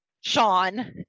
Sean